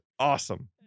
Awesome